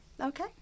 Okay